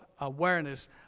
awareness